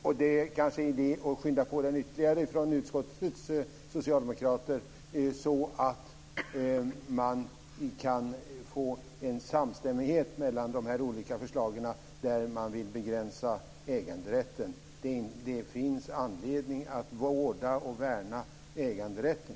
Fru talman! Det är kanske idé för utskottets socialdemokrater att skynda på den ytterligare, så att man kan få en samstämmighet mellan de olika förslagen där man vill begränsa äganderätten. Det finns anledning att vårda och värna äganderätten.